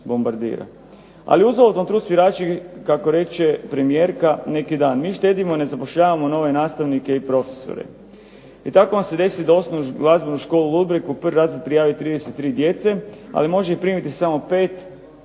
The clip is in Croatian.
Ali uzaludan vam trud svirači kako reče premijerka neki dan. Mi štedimo, ne zapošljavamo nove nastavnike i profesore. I tako vam se desi da u Osnovnu glazbenu školu Ludbreg u prvi razred prijavi 33 djece, ali može ih primiti samo 5, jer